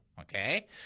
Okay